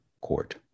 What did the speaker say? Court